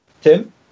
Tim